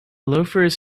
loafers